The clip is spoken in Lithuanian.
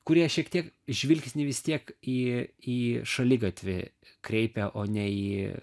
kurie šiek tiek žvilgsnį vis tiek į į šaligatvį kreipia o ne į